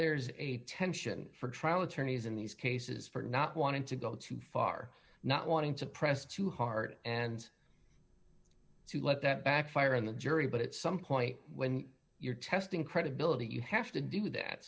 there's a tension for trial attorneys in these cases for not wanting to go too far not wanting to press to heart and to let that backfire on the jury but at some point when you're testing credibility you have to do that